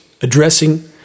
addressing